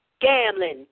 gambling